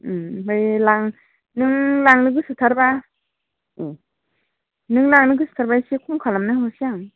ओमफ्राय लां नों लांनो गोसोथारबा नों लांनो गोसोथारबा एसे खम खालामनानै हरनिसै आं